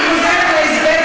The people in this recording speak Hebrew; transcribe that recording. אני חוזרת על ההסבר,